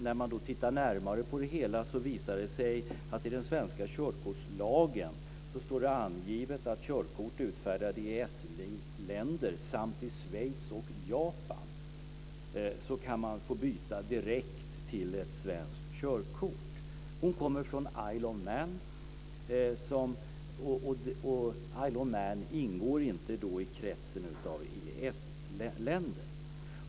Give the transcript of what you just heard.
När man tittar närmare på det hela visar det sig att det i den svenska körkortslagen står angivet att körkort utfärdade i EES-länder samt i Schweiz och Japan direkt kan bytas till svenskt körkort. Denna person kommer från Isle of Man som inte ingår i kretsen av EES-länder.